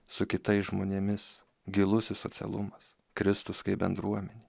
su kitais žmonėmis gilusis socialumas kristus kaip bendruomenė